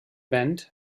band